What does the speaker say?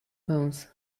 bones